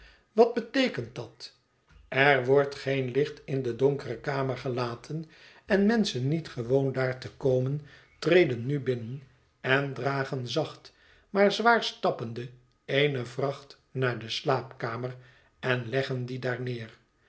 wat beteekent dat er wordt geen licht in de donkere kamer gelaten en menschen niet gewoon daar te komen treden nu binnen en dragen zacht maar zwaar stappende eene vracht naar de slaapkamer en leggen die daar neer